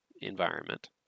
environment